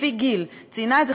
לפי גיל.